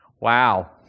Wow